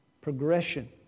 progression